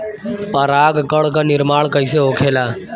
पराग कण क निर्माण कइसे होखेला?